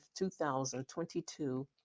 2022